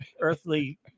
earthly